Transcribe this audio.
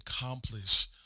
accomplish